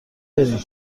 برین